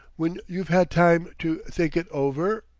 when you've had time to think it over?